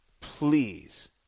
please